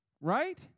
Right